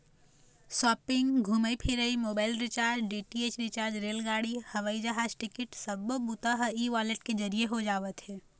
shopping, घूमई फिरई, mobile recharge, DTH recharge, रेलगाड़ी, हवई जहाज टिकट सब्बो बूता ह ई वॉलेट के जरिए हो जावत हे